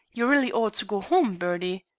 you really ought to go home, bertie.